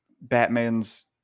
Batman's